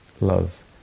love